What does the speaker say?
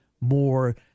more